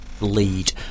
lead